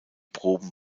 proben